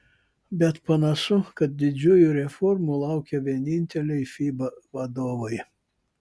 bet panašu kad didžiųjų reformų laukia vieninteliai fiba vadovai